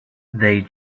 they